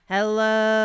Hello